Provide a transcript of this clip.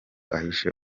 ahishe